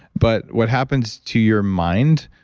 but what happens to your mind.